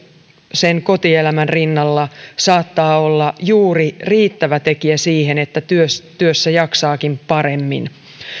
sen kotielämän rinnalla saattaa olla juuri riittävä tekijä siihen että työssä työssä jaksaakin paremmin